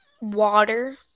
water